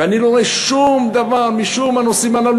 ואני לא רואה שום דבר מכל הנושאים הללו,